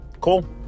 Cool